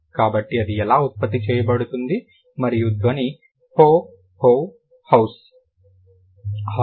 కాబట్టి అది ఎలా ఉత్పత్తి చేయబడుతుంది మరియు ధ్వని హో హో హౌస్ హార్స్